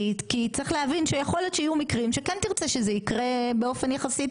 כי צריך להבין שיכול להיות שיהיו מקרים שכן תרצה שזה יקרה באופן יחסית